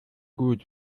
gut